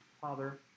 father